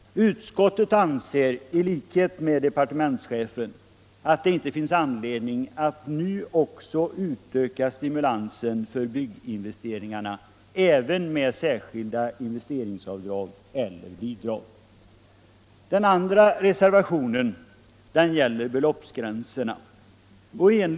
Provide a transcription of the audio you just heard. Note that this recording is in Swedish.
Utskottet anser i likhet med departementschefen att det inte finns anledning att nu också öka stimulansen för bygginvesteringarna även med särskilda investeringsavdrag eller bidrag. Den andra reservationen gäller beloppsgränsen.